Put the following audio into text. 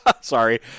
Sorry